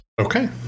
okay